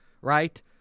Right